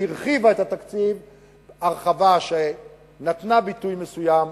והרחיבה את התקציב הרחבה שנתנה ביטוי מסוים,